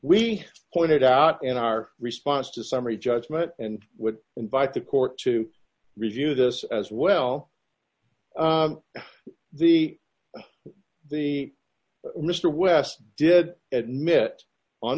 we pointed out in our response to summary judgment and would invite the court to review this as well the the mr west did admit on